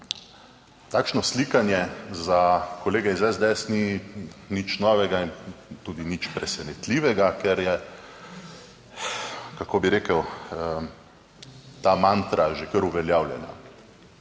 Takšno slikanje za kolege iz SDS ni nič novega in tudi nič presenetljivega, ker je, kako bi rekel, ta mantra že kar uveljavljena.